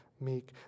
meek